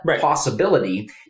possibility